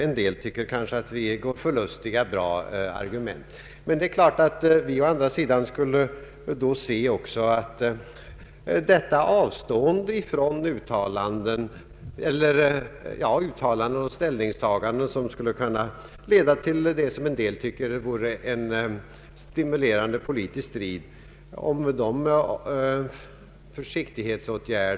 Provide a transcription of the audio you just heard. En del tycker kanske att vi går förlustiga bra argument. Vi skulle gärna se att detta avstående från uttalanden och ställningstaganden, som skulle kunna leda till det som en del tycker vore en stimulerande politisk strid, spred sig till statsoch utrikesministrarna.